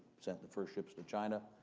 sent the first ships to china.